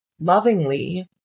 lovingly